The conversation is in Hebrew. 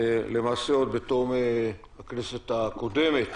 למעשה עוד בתום הכנסת הקודמת